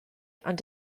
ond